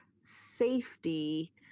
safety